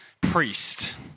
priest